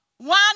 One